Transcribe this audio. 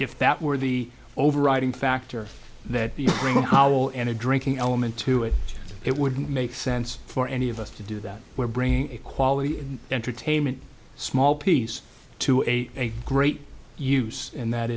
if that were the overriding factor that the room how well and a drinking element to it it wouldn't make sense for any of us to do that we're bringing a quality and entertainment small piece to a great use and that